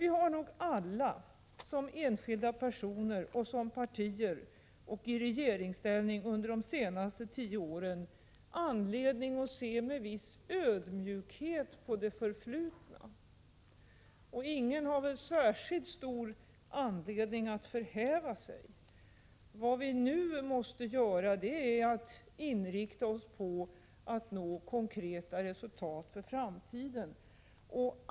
Vi har nog alla som enskilda personer, som partier och i regeringsställning under de senaste tio åren haft anledning att se med viss ödmjukhet på det förflutna. Ingen har särskilt stor anledning att förhäva sig. Vad vi nu måste göra är att inrikta oss på att nå konkreta resultat för framtiden.